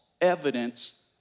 evidence